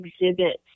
exhibits